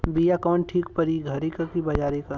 बिया कवन ठीक परी घरे क की बजारे क?